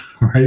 right